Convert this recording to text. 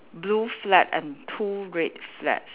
blue flag and two red flags